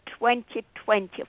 2020